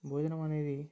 భోజనం అనేది